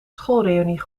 schoolreünie